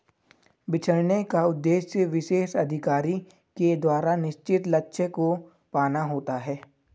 बिछड़ने का उद्देश्य विशेष अधिकारी के द्वारा निश्चित लक्ष्य को पाना होता है